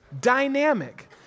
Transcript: dynamic